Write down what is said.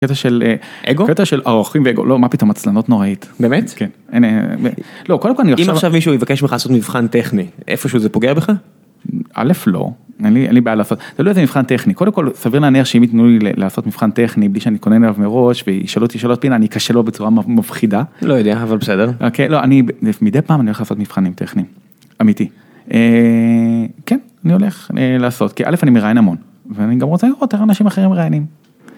קטע של אגו, קטע של ערכים ואגו, לא מה פתאום עצלנות נוראית. באמת? כן. לא, קודם כל אני עכשיו. אם עכשיו מישהו יבקש ממך לעשות מבחן טכני, איפה שהוא זה פוגע בך? א', לא. אין לי בעיה לעשות, תלוי איזה מבחן טכני. קודם כל, סביר להניח שהם יתנו לי לעשות מבחן טכני, בלי שאני התכונן לו מראש, וישאלו אותי שאלות פינה, אני אכשל בו בצורה מפחידה. לא יודע, אבל בסדר. לא, מדי פעם אני הולך לעשות מבחנים טכניים, אמיתי. כן, אני הולך לעשות, כי א', אני מראיין המון, ואני גם רוצה לראות איך אנשים אחרים מראיינים.